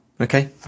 Okay